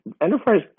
Enterprise